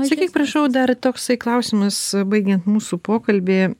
sakyk prašau dar toksai klausimas baigiant mūsų pokalbį